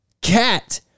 cat